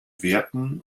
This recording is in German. werten